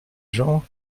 gens